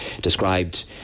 described